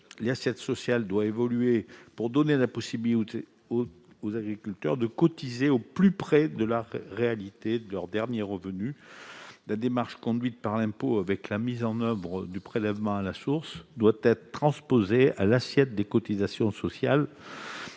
L'assiette sociale doit évoluer, pour donner la possibilité aux agriculteurs de cotiser au plus près de la réalité de leurs derniers revenus. La démarche conduite pour l'impôt avec la mise en oeuvre du prélèvement à la source doit être transposée à l'assiette des cotisations sociales.